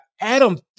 Adam